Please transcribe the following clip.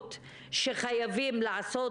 ההיערכות שחייבים לעשות,